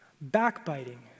backbiting